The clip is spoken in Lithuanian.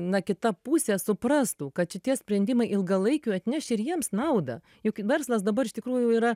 na kita pusė suprastų kad šitie sprendimai ilgalaikiu atneš ir jiems naudą juk verslas dabar iš tikrųjų yra